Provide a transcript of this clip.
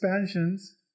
expansions